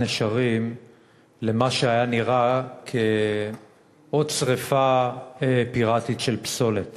נשרים למה שהיה נראה כעוד שרפה פיראטית של פסולת